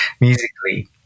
musically